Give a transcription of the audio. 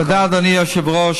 תודה, אדוני היושב-ראש.